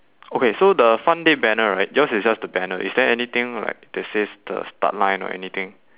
okay so the fun day banner right yours is just the banner is there anything like that says the start line or anything